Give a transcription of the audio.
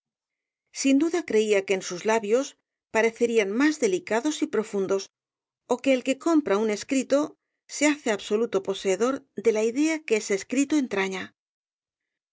sin duda creía que en sus labios parecerían más delicados y profundos ó que el que compra un escrito se hace absoluto poseedor de la idea que ese escrito entraña